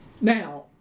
Now